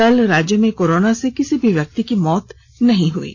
कल राज्य में कोरोना से किसी भी व्यक्ति की मौत नहीं हुई है